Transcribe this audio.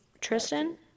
Tristan